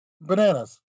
Bananas